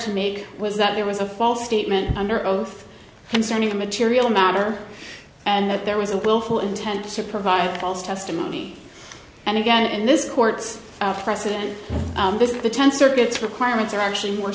to make was that there was a false statement under oath concerning a material matter and that there was a willful intent to provide false testimony and again and this court's precedent this is the tenth circuits requirements are actually more